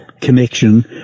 connection